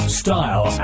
style